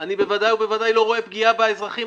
ודאי וודאי אני לא רואה פגיעה באזרחים,